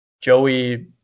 Joey